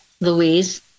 Louise